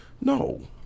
no